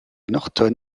norton